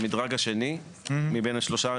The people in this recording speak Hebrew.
המדרג השני מבין השלושה.